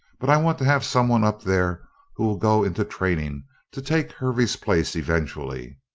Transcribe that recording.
but i want to have someone up there who will go into training to take hervey's place eventually.